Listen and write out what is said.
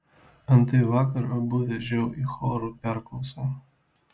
antai vakar abu vežiau į chorų perklausą